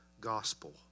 gospel